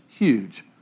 huge